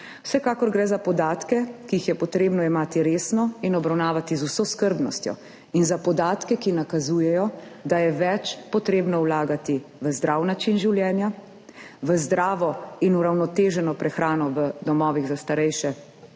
Vsekakor gre za podatke, ki jih je potrebno jemati resno in obravnavati z vso skrbnostjo, in za podatke, ki nakazujejo, da je več potrebno vlagati v zdrav način življenja, v zdravo in uravnoteženo prehrano v domovih za starejše